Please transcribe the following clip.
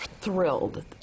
thrilled